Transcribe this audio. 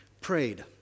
prayed